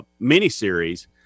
miniseries